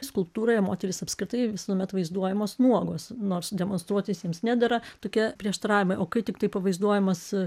skulptūroje moterys apskritai visuomet vaizduojamos nuogos nors demonstruotis joms nedera tokie prieštaravimai o kai tiktai pavaizduojamas